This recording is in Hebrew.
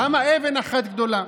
למה אבן אחת גדולה?